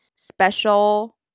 Special